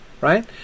right